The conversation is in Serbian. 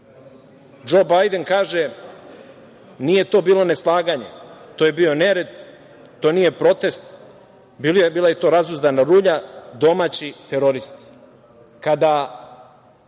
Džo Bajden kaže: „Nije to bilo neslaganje, to je bio nered, to nije protest, bila je to razuzdana rulja, domaći teroristi“.